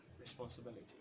responsibility